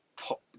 pop